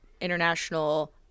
international